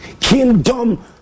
Kingdom